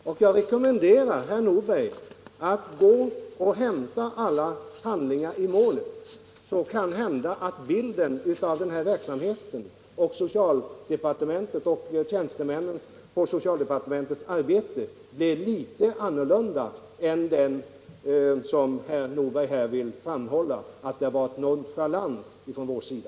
Jag rekommenderar herr Nordberg att hämta alla handlingar i målet. Då kanske bilden av denna verksamhet och av socialdepartementet och dess tjänstemäns arbete blir litet annorlunda än den herr Nordberg vill förevisa, nämligen att ärendet behandlats nonchalant från vår sida.